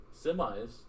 Semis